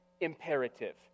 imperative